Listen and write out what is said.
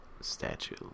Statue